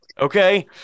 okay